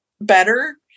better